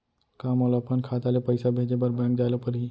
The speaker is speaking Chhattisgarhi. का मोला अपन खाता ले पइसा भेजे बर बैंक जाय ल परही?